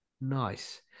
Nice